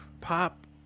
pop